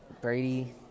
Brady